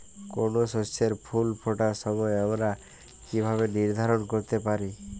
কোনো শস্যের ফুল ফোটার সময় আমরা কীভাবে নির্ধারন করতে পারি?